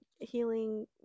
healing